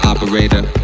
Operator